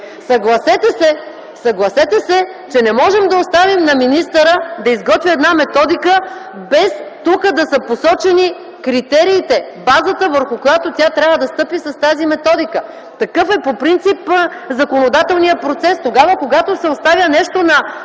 Съгласете се, че не можем да оставим на министъра да изготвя една методика, вместо да са посочени критериите, базата, върху която тя трябва да стъпи с тази методика. Такъв е по принцип законодателният процес – тогава, когато се оставя нещо на